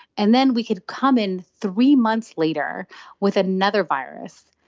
and then we could come in three months later with another virus,